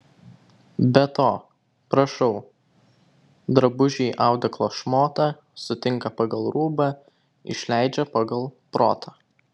be to prašau drabužiui audeklo šmotą sutinka pagal rūbą išleidžia pagal protą